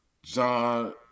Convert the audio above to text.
john